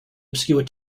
obscure